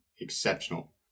exceptional